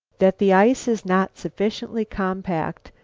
that the ice is not sufficiently compact,